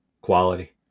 Quality